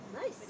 Nice